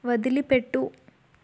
వదిలిపెట్టు